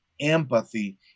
Empathy